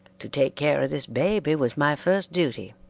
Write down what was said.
to take care of this baby was my first duty.